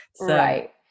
Right